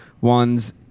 ones